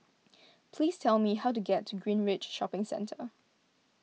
please tell me how to get to Greenridge Shopping Centre